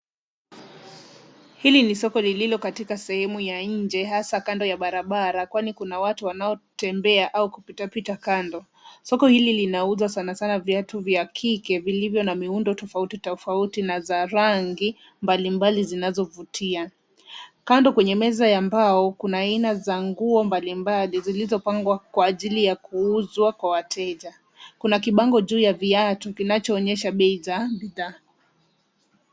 Hili ni soko lililo katika sehemu ya nje hasa kando ya barabara kwani kuna watu wanaotembea au kupitapita kando. Soko hili linauza sana sana viatu vya kike vilivyo na muundo tofauti tofauti na za rangi mbalimbali zinazovutia. Kando kwenye meza ya mbao kuna aina za nguo mbalimbali zilizopangwa kwa ajili ya kuuzwa kwa wateja. Kuna kibango juu ya viatu kinachoonyesha bei za bidhaa.